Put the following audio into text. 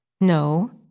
No